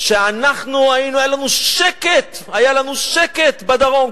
שהיה לנו שקט בדרום,